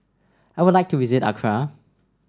I would like to visit Accra